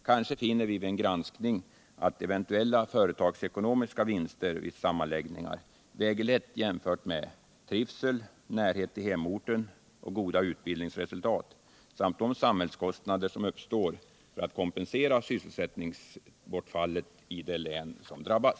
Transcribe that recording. Kanske finner vi vid en granskning, att eventuella företagsekonomiska vinster vid sammanläggningar väger lätt jämfört med trivsel, närhet till hemorten och goda utbildningsresultat samt de samhällskostnader som uppstår för att kompensera sysselsättningsbortfallet i det län som drabbas.